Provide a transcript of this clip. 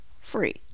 free